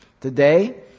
Today